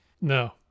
No